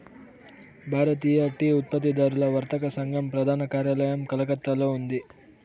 భారతీయ tea ఉత్పత్తిదారుల వర్తక సంఘం ప్రధాన కార్యాలయం కలకత్తాలో ఉంది